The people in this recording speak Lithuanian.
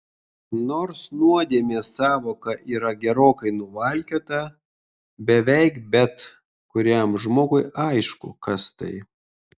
nors nuodėmės sąvoka yra gerokai nuvalkiota beveik bet kuriam žmogui aišku kas tai